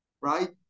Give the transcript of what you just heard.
right